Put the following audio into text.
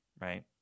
right